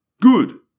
Good